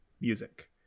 music